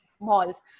malls